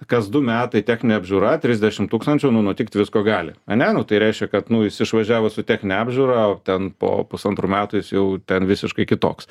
kas du metai techninė apžiūra trisdešim tūkstančių nu nutikti visko gali ane nu tai reiškia kad nu jis išvažiavo su technine apžiūra o ten po pusantrų metų jis jau ten visiškai kitoks